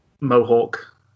Mohawk